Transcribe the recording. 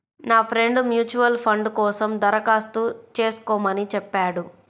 నా friend mutual fund కోసం దరఖాస్తు చేస్కోమని చెప్పాడు